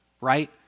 right